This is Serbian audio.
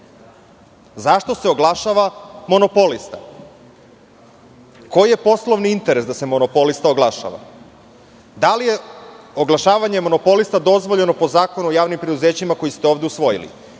se oglašava monopolista? Koji je poslovni interes da se monopolista oglašava? Da li je oglašavanje monopolista dozvoljeno po Zakonu o javnim preduzećima, koji ste ovde usvojili?